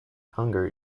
hunger